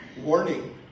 warning